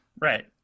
Right